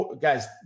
guys